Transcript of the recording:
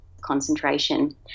concentration